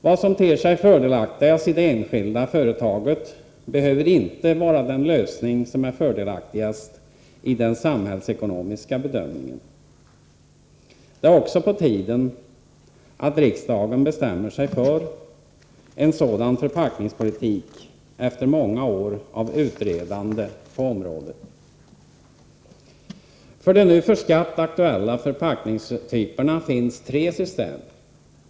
Vad som ter sig fördelaktigast i det enskilda företaget behöver inte vara den lösning som är fördelaktigast enligt den samhällsekonomiska bedömningen. Det är också på tiden att riksdagen bestämmer sig för en sådan förpackningspolitik efter många år av utredande på området. För de förpackningstyper som nu är aktuella för skatt finns tre system.